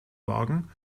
wagen